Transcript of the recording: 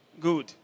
Good